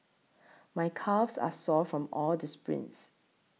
my calves are sore from all the sprints